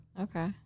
Okay